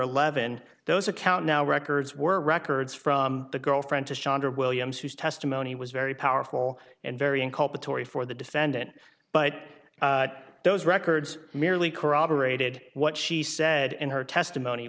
eleven those account now records were records from the girlfriend to shawn williams whose testimony was very powerful and very incompetently for the defendant but those records merely corroborated what she said in her testimony